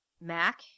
mac